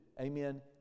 amen